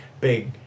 big